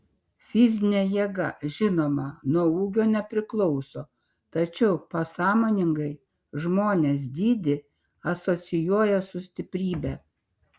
fizinė jėga žinoma nuo ūgio nepriklauso tačiau pasąmoningai žmonės dydį asocijuoja su stiprybe